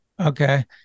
Okay